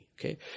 Okay